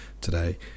today